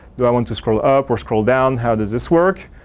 do i want to scroll up or scroll down? how does this work?